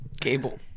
Cable